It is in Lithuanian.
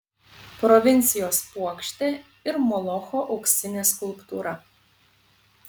provincijos puokštė ir molocho auksinė skulptūra